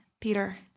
Peter